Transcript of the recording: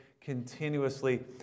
continuously